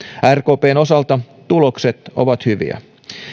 rkpn osalta tulokset ovat hyviä